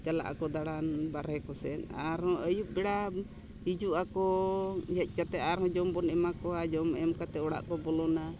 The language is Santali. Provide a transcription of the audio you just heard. ᱪᱟᱞᱟᱜ ᱟᱠᱚ ᱫᱟᱬᱟᱱ ᱵᱟᱨᱦᱮ ᱠᱚᱥᱮᱱ ᱟᱨᱦᱚᱸ ᱟᱹᱭᱩᱵ ᱵᱮᱲᱟ ᱦᱤᱡᱩᱜ ᱟᱠᱚ ᱦᱮᱡ ᱠᱟᱛᱮ ᱟᱨᱦᱚᱸ ᱡᱚᱢ ᱵᱚᱱ ᱮᱢᱟ ᱠᱚᱣᱟ ᱡᱚᱢ ᱮᱢ ᱠᱟᱛᱮ ᱚᱲᱟᱜ ᱠᱚ ᱵᱚᱞᱚᱱᱟ